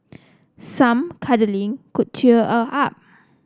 some cuddling could cheer her up